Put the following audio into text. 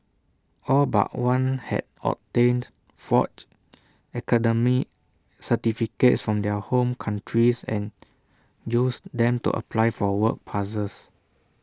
all but one had obtained forged academic certificates from their home countries and used them to apply for work passes